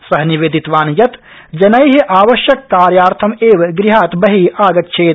सः निवेदितवान् यत् जनै आवश्यककार्यार्थम् एव गृहात् बहि आगच्छेत्